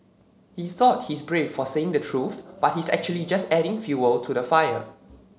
he thought he's brave for saying the truth but he's actually just adding fuel to the fire